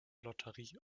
lotterie